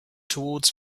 towards